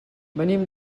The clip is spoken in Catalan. venim